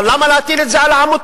אבל למה להטיל את זה על העמותה?